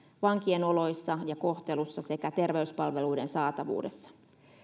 vankien oloissa ja kohtelussa sekä terveyspalveluiden saatavuudessa